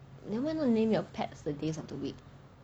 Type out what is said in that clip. you ever named your pet the days of the week